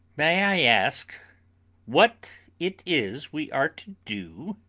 may i ask what it is we are to do?